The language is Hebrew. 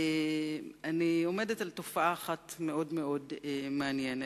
אני עומדת על תופעה אחת מאוד-מאוד מעניינת.